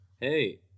Hey